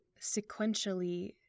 sequentially